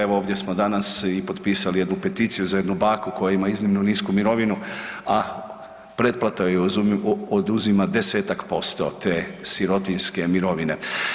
Evo ovdje smo danas i potpisali jednu peticiju za jednu baku koja ima iznimno nisku mirovinu, a pretplata joj oduzima 10-tak% te sirotinjske mirovine.